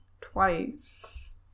twice